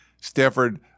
Stanford